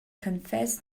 confessed